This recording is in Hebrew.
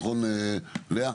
נכון, לאה?